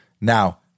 Now